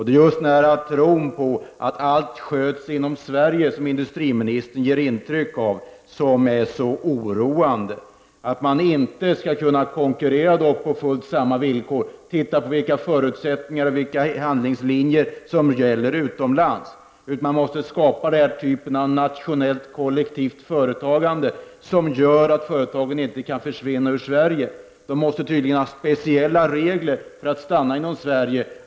Det är tron på att allt sköts inom Sverige, som industriministen ger intryck av, som är så oroande, dvs. att man inte skall kunna konkurrera på fullt samma villkor. Titta på vilka förutsättningar och vilka handlingslinjer som gäller utomlands. Man måste skapa den typen av nationellt kollektivt företagande som gör att företagen inte kan försvinna ur Sverige. De måste tydligen ha speciella regler för att stanna inom Sverige.